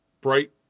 bright